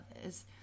others